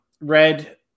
red